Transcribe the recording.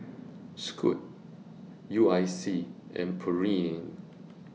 Scoot U I C and Pureen